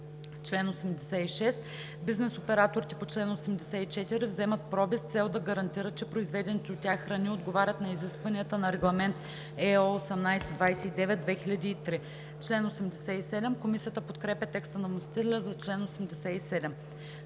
„Чл. 86. Бизнес операторите по чл. 84 вземат проби с цел да гарантират, че произведените от тях храни отговарят на изискванията на Регламент (ЕО) № 1829/2003.“ Комисията подкрепя текста на вносителя за чл. 87.